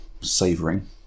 savoring